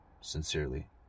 Sincerely